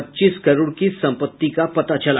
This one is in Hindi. पच्चीस करोड़ की संपत्ति का पता चला